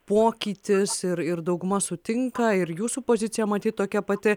pokytis ir ir dauguma sutinka ir jūsų pozicija matyt tokia pati